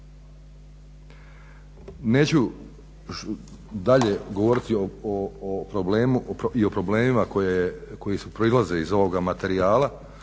Neću dalje govoriti o problemima koji proizlaze iz ovoga materijala.